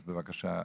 בבקשה.